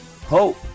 Hope